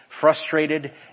frustrated